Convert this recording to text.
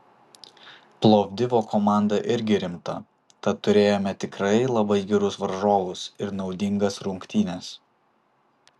plovdivo komanda irgi rimta tad turėjome tikrai labai gerus varžovus ir naudingas rungtynes